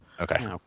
okay